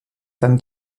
femme